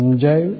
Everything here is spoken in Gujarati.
સમજાયું